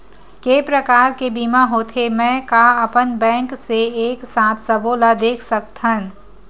के प्रकार के बीमा होथे मै का अपन बैंक से एक साथ सबो ला देख सकथन?